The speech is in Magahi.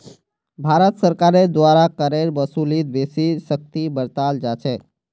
भारत सरकारेर द्वारा करेर वसूलीत बेसी सख्ती बरताल जा छेक